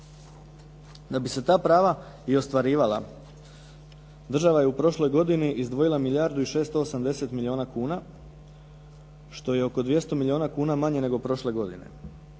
Da bi se ta prava i ostvarivala država je u prošloj godini izdvojila milijardu i 680 milijuna kuna što je oko 200 milijuna kuna manje nego prošle godine.